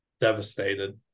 devastated